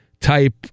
type